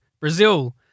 Brazil